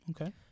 Okay